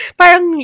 parang